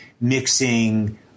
mixing